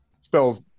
spells